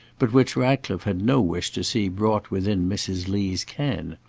but which ratcliffe had no wish to see brought within mrs. lee's ken.